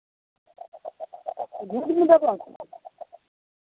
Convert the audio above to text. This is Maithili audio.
भेज ने देबह